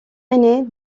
ainée